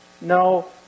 No